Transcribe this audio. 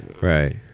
right